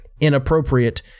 inappropriate